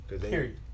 Period